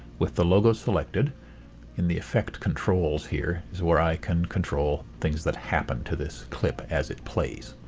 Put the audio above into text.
with the logo selected in the effect controls here is where i can control things that happen to this clip as it plays.